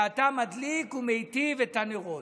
שאתה מדליק ומטיב את הנרות".